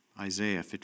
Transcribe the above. Isaiah